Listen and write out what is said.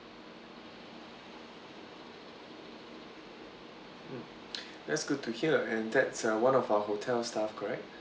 mm that's good to hear and that's uh one of our hotel staff correct